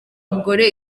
umugore